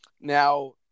Now